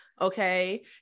Okay